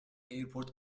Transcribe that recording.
airport